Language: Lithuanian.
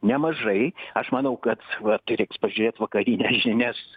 nemažai aš manau kad vat reiks pažiūrėt vakarines žinias